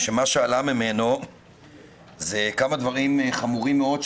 ומה שעלה ממנו זה כמה דברים חמורים מאוד,